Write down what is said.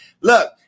Look